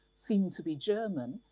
seem to be german,